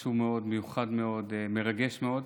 חשוב מאוד, מיוחד מאוד, מרגש מאוד,